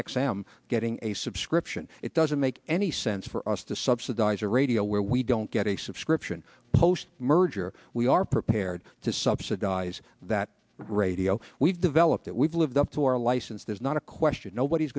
x am getting a subscription it doesn't make any sense for us to subsidize a radio where we don't get a subscription post merger we are prepared to subsidize that radio we've developed that we've lived up to our license there's not a question nobody's